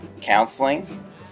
counseling